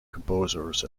composers